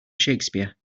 shakespeare